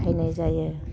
बाहायनाय जायो